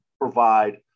provide